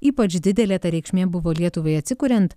ypač didelė ta reikšmė buvo lietuvai atsikuriant